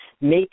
Make